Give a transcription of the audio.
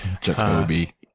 Jacoby